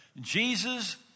Jesus